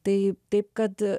tai taip kad